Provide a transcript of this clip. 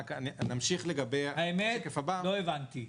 אמשיך לגבי --- האמת לא הבנתי.